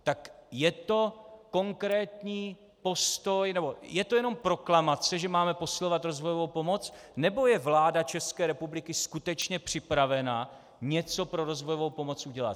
Tak je to konkrétní postoj, nebo je to jenom proklamace, že máme posilovat rozvojovou pomoc, nebo je vláda České republiky skutečně připravena něco pro rozvojovou pomoc udělat?